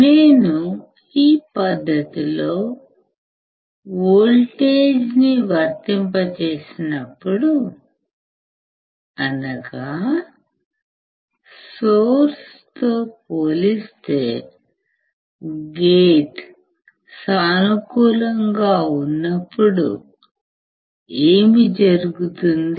నేను ఈ పద్ధతి లో వోల్టేజ్ను వర్తింపజేసినప్పుడు అనగా సోర్స్ తో పోలిస్తే గేట్ సానుకూలంగా ఉన్నప్పుడుఏమి జరుగుతుంది